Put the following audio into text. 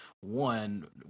one